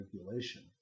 regulation